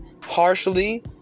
harshly